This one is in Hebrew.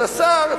אז השר,